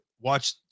watch